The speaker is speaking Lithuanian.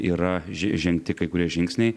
yra žengti kai kurie žingsniai